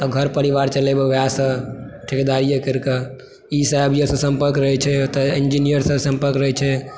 तऽ घर परिवार चलेबय वएहसँ ठेकेदारीए करिकऽ साहेब आरसँ संपर्क रहैत छै ओतए इन्जीनियरसँ सम्पर्क रहैत छै